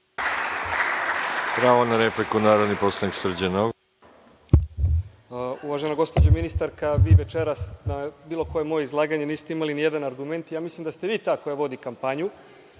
pravo na repliku. **Srđan Nogo** Uvažena gospođo ministarka, vi večeras na bilo koje moje izlaganje niste imali ni jedan argument. Mislim da ste vi ta koja vodi kampanju.